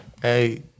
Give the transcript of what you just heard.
Hey